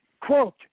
Quote